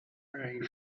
growing